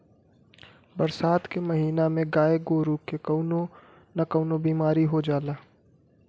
बरसात के महिना में गाय गोरु के कउनो न कउनो बिमारी हो जाला